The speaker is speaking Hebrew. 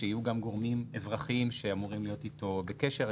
שיהיו גם גורמים אזרחיים שאמורים להיות איתו בקשר.